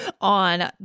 on